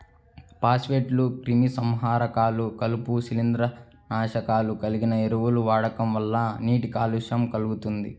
ఫాస్ఫేట్లు, క్రిమిసంహారకాలు, కలుపు, శిలీంద్రనాశకాలు కలిగిన ఎరువుల వాడకం వల్ల నీటి కాలుష్యం కల్గుతుంది